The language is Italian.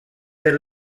per